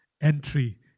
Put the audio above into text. entry